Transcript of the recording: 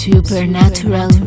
Supernatural